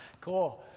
Cool